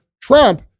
Trump